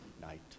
night